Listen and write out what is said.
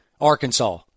Arkansas